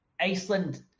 Iceland